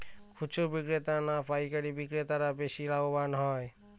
খুচরো বিক্রেতা না পাইকারী বিক্রেতারা বেশি লাভবান হয়?